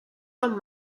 რომ